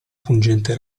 pungente